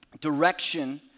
direction